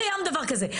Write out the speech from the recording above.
לא קיים דבר כזה.